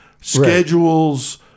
schedules